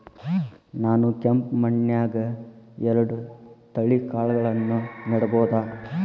ನಾನ್ ಕೆಂಪ್ ಮಣ್ಣನ್ಯಾಗ್ ಎರಡ್ ತಳಿ ಕಾಳ್ಗಳನ್ನು ನೆಡಬೋದ?